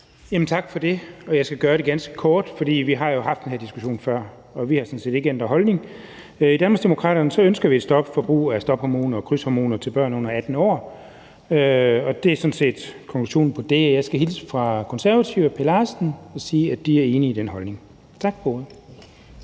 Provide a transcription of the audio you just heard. Tak for det. Jeg skal gøre det ganske kort, for vi har jo haft den her diskussion før, og vi har sådan set ikke ændret holdning. I Danmarksdemokraterne ønsker vi et stop for brug af stophormoner og krydshormoner til børn under 18 år, og det er sådan set konklusionen på det. Jeg skal hilse fra Konservative og hr. Per Larsen og sige, at de er enige i den holdning. Tak for